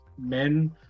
men